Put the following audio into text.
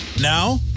Now